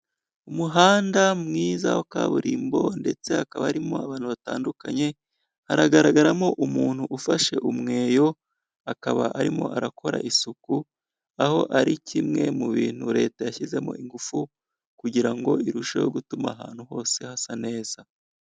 Umuhanda mwiza wa kaburimbo, ndetse akaba arimo abantu batandukanye, hagaragaramo umuntu ufashe umweyo, akaba arimo arakora isuku aho ari kimwe mu bintu leta yashyizemo ingufu kugira ngo irusheho gutuma ahantu hose hasa neza.